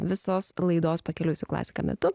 visos laidos pakeliui su klasika metu